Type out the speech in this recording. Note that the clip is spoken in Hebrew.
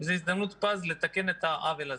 וזו הזדמנות פז לתקן את העוול הזה.